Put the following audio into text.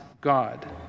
God